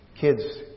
Kids